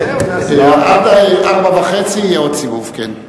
עד 16:30 יהיה עוד סיבוב, כן.